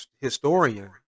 historian